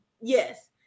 Yes